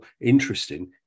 interesting